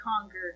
conquer